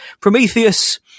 Prometheus